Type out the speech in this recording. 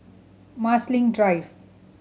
Marsiling Drive